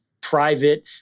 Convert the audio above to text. private